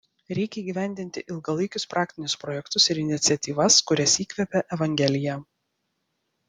reikia įgyvendinti ilgalaikius praktinius projektus ir iniciatyvas kurias įkvepia evangelija